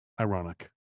ironic